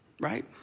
right